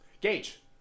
Gage